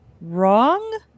wrong